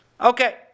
Okay